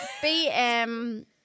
BM